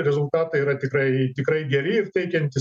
rezultatai yra tikrai tikrai geri ir teikiantys